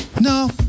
No